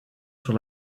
sur